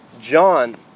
John